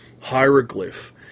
Hieroglyph